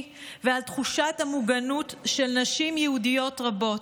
ועל תחושת המוגנות של נשים יהודיות רבות.